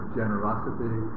generosity